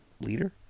leader